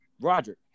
Roger